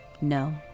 No